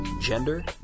gender